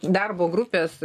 darbo grupės